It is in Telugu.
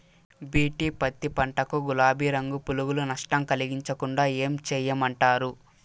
బి.టి పత్తి పంట కు, గులాబీ రంగు పులుగులు నష్టం కలిగించకుండా ఏం చేయమంటారు?